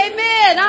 Amen